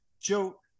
Joe